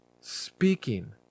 Speaking